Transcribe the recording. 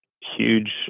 huge